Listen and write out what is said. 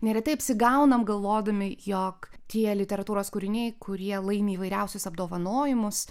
neretai apsigaunam galvodami jog tie literatūros kūriniai kurie laimi įvairiausius apdovanojimus